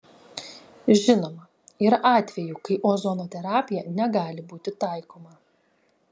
žinoma yra atvejų kai ozono terapija negali būti taikoma